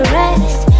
rest